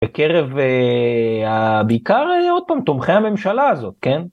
בקרב בעיקר, עוד פעם, תומכי הממשלה הזאת, כן?